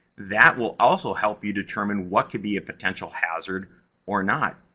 that will also help you determine what could be a potential hazard or not.